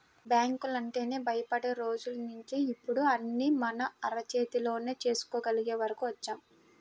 బ్యాంకులంటేనే భయపడే రోజుల్నించి ఇప్పుడు అన్నీ మన అరచేతిలోనే చేసుకోగలిగే వరకు వచ్చాం